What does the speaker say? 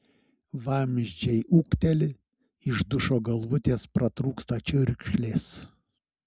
vamzdžiai ūkteli iš dušo galvutės pratrūksta čiurkšlės